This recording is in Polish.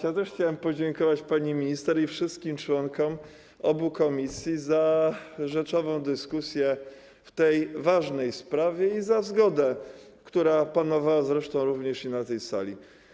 Ja też chciałem podziękować pani minister i wszystkim członkom obu komisji za rzeczową dyskusję w tej ważnej sprawie i za zgodę, która panowała zresztą również i na tej sali.